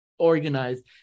Organized